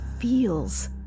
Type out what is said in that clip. feels